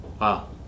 Wow